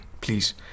Please